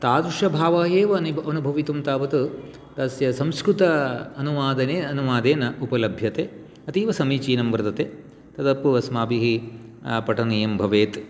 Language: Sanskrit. तादृशभावः एव अनुभवितुं तावत् तस्य संस्कृत अनुवादने अनुवादेन उपलभ्यते अतीवसमीचीनं वर्तते तदपि अस्माभिः पठनीयं भवेत्